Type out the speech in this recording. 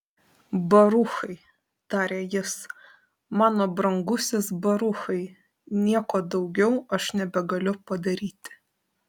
baruchai tarė jis mano brangusis baruchai nieko daugiau aš nebegaliu padaryti